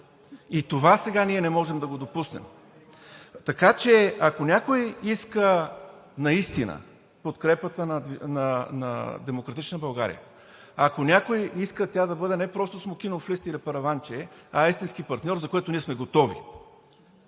ние сега не можем да го допуснем. Така че, ако някой наистина иска подкрепата на „Демократична България“, ако някой иска тя да бъде не просто смокинов лист или параванче, а истински партньор, то ние сме готови.